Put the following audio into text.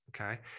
okay